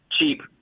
cheap